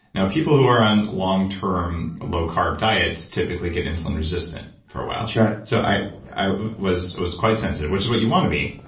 now, people who are on long-term low carb diets typically get insulin resistant for a while that's right so i i was was quite sensitive, which is what you want to be,